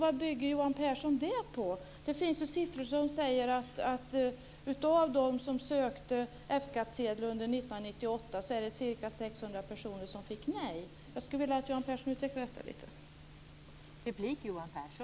Vad bygger Johan Pehrson det på? Det finns ju siffror som säger att av dem som sökte F-skattsedel under 1998 var det ca 600 personer som fick nej. Jag skulle vilja att Johan Pehrson utvecklar detta lite.